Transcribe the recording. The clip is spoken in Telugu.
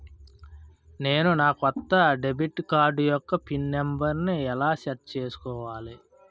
నేను నా కొత్త డెబిట్ కార్డ్ యెక్క పిన్ నెంబర్ని ఎలా సెట్ చేసుకోవాలి?